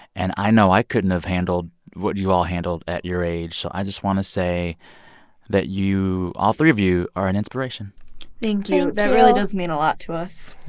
and i know i couldn't have handled what you all handled at your age. so i just want to say that you all three of you are an inspiration thank you thank you that really does mean a lot to us